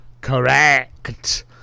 Correct